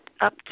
up